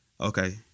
Okay